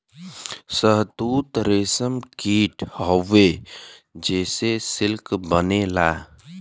शहतूत रेशम कीट हउवे जेसे सिल्क बनेला